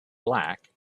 black